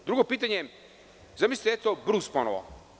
Drugo pitanje, zamislite Brus ponovo.